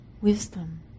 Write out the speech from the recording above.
wisdom